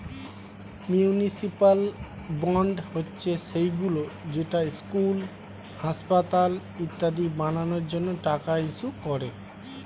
municipal bond হচ্ছে সেইগুলো যেটা স্কুল, হাসপাতাল ইত্যাদি বানানোর জন্য টাকা ইস্যু করে